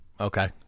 Okay